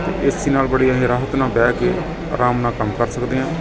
AC ਨਾਲ ਬੜੀ ਅਸੀਂ ਰਾਹਤ ਨਾਲ ਬਹਿ ਕੇ ਆਰਾਮ ਨਾਲ ਕੰਮ ਕਰ ਸਕਦੇ ਹਾਂ